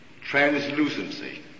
translucency